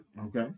Okay